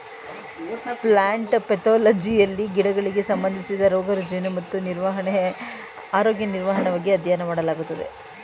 plant ಪೆದೊಲಜಿಯಲ್ಲಿ ಗಿಡಗಳಿಗೆ ಸಂಬಂಧಿಸಿದ ರೋಗ ರುಜಿನ ಮತ್ತು ಆರೋಗ್ಯ ನಿರ್ವಹಣೆ ಬಗ್ಗೆ ಅಧ್ಯಯನ ಮಾಡಲಾಗುತ್ತದೆ